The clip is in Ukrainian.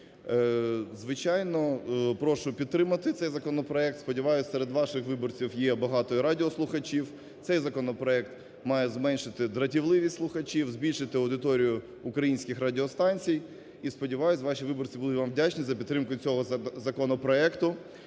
Звичайно, прошу підтримати цей законопроект, сподіваюсь, серед ваших виборців є багато і радіослухачів. Цей законопроект має зменшити дратівливість слухачів, збільшити аудиторію українських радіостанцій і сподіваюсь, ваші виборці будуть вам вдячні за підтримку цього законопроекту.